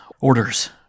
orders